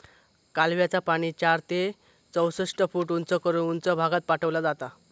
कालव्याचा पाणी चार ते चौसष्ट फूट उंच करून उंच भागात पाठवला जाता